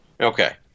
okay